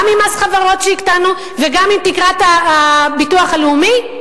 גם עם מס חברות שהקטנו וגם עם תקרת הביטוח הלאומי?